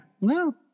No